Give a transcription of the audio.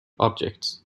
objects